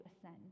ascend